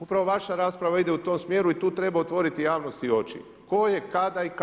Upravo vaša rasprava ide u tom smjeru i tu treba otvoriti javnosti oči, tko je kada i kako.